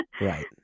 Right